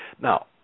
Now